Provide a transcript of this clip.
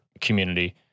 community